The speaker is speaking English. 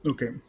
Okay